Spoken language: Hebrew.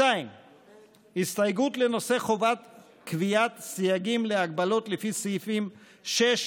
2. הסתייגות לנושא חובת קביעת סייגים להגבלות לפי סעיפים 6,